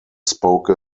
spoke